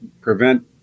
prevent